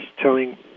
telling